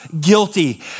guilty